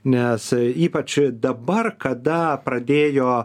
nes ypač dabar kada pradėjo